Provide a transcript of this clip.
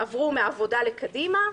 עברו מהעבודה לקדימה,